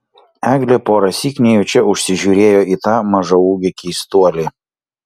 eglė porąsyk nejučia užsižiūrėjo į tą mažaūgį keistuolį